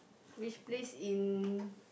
which place in